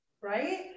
right